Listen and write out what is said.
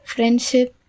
Friendship